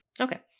Okay